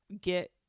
get